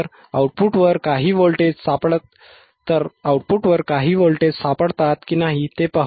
तर आऊटपुटवर काही व्होल्टेज सापडतात की नाही ते पाहू